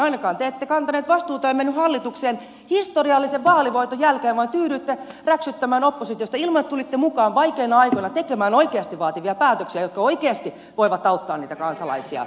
ainakaan te ette kantaneet vastuuta ja menneet hallitukseen historiallisen vaalivoiton jälkeen vaan tyydyitte räksyttämään oppositiosta ilman että tulitte mukaan vaikeina aikoina tekemään oikeasti vaativia päätöksiä jotka oikeasti voivat auttaa niitä kansalaisia